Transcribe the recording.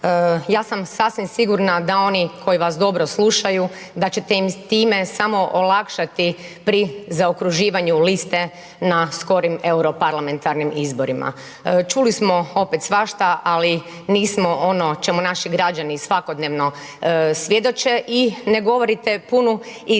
Ja sam sasvim sigurna da oni koji vas dobro slušaju, da ćete im time samo olakšati pri zaokruživanju liste na skorim europarlamentarnim izborima. Čuli smo opet svašta, ali nismo ono o čemu naši građani svakodnevno svjedoče i ne govorite punu istinu.